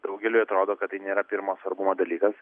daugeliui atrodo kad tai nėra pirmo svarbumo dalykas